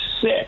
sick